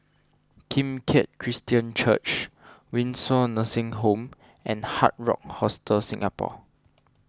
Kim Keat Christian Church Windsor Nursing Home and Hard Rock Hostel Singapore